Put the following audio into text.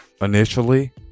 Initially